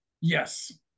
yes